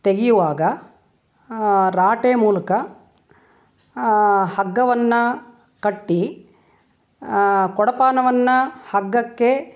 ತೆಗೆಯುವಾಗ ರಾಟೆ ಮೂಲಕ ಹಗ್ಗವನ್ನು ಕಟ್ಟಿ ಕೊಡಪಾನವನ್ನು ಹಗ್ಗಕ್ಕೆ